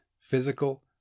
physical